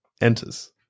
enters